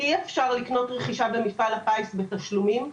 אי אפשר לרכוש במפעל הפיס בתשלומים.